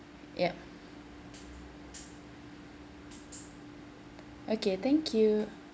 yup okay thank you